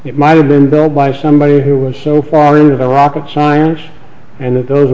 it might have been done by somebody who was so far into the rocket science and that those